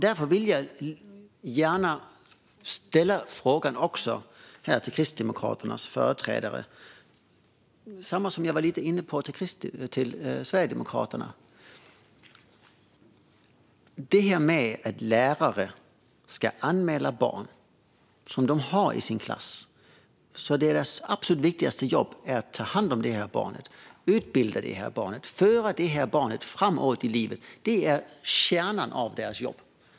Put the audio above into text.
Därför vill jag gärna ställa en fråga till Kristdemokraternas företrädare, och det är samma fråga som jag ställde till Sverigedemokraterna. Frågan gäller detta att lärare ska anmäla barn i klassen. Lärarens viktigaste jobb är att ta hand om barnet, utbilda barnet och föra barnet framåt i livet. Det är kärnan i lärarens jobb.